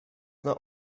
not